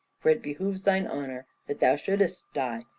for it behoves thine honour that thou shouldest die,